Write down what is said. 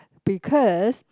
because